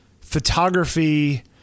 photography